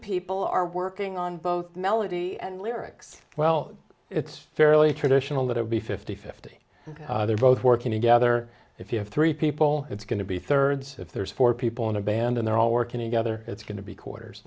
people are working on both melody and lyrics well it's fairly traditional that i'll be sixty fifty they're both working together if you have three people it's going to be thirds if there's four people in a band and they're all working together it's going to be quarters